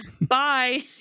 Bye